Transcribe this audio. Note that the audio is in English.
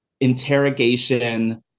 interrogation